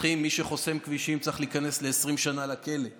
שמי שחוסם כבישים צריך להיכנס ל-20 שנה לכלא.